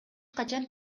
качан